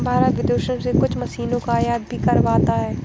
भारत विदेशों से कुछ मशीनों का आयात भी करवाता हैं